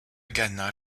ganna